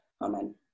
Amen